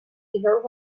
either